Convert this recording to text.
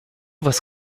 was